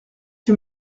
que